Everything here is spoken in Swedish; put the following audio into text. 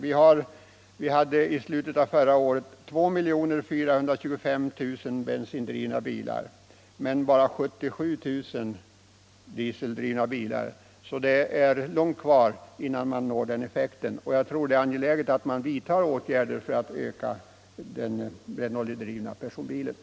Vi hade i slutet av förra året 2425 000 bensindrivna bilar, men bara 77 000 dieseldrivna, så det är långt kvar innan man når den effekten. Jag tror som sagt att det är angeläget att vidta åtgärder för att öka den brännoljedrivna personbilsparken.